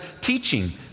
teaching